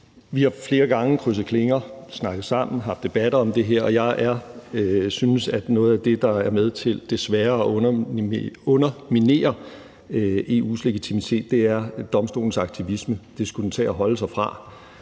Vi har flere gange krydset klinger, snakket sammen og haft debatter om det her, og jeg synes, at noget af det, der er med til desværre at underminere EU's legitimitet, er Domstolens aktivisme. Det skulle den tage at holde sig fra.